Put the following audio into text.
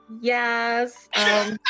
yes